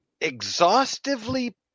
exhaustively